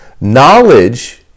Knowledge